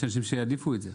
יש אנשים שיעדיפו את זה.